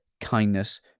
kindness